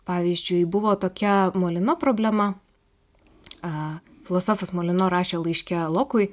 pavyzdžiui buvo tokia molino problema filosofas molino rašė laiške lokui